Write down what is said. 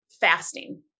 fasting